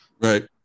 Right